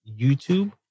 YouTube